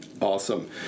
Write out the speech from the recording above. Awesome